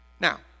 Now